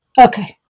Okay